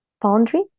Foundry